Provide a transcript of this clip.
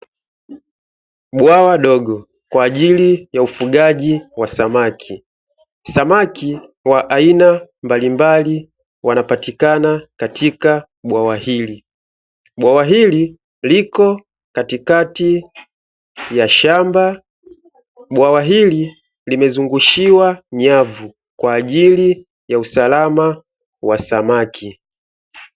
Bwawa dogo kwa ajili ya ufugaji wa samaki: samaki wa aina mbalimbali wanapatikana katika bwawa hili bwawa hili liko katikati ya shamba; bwawa hili limezungushiwa nyavu kwa ajili ya usalama wa samaki.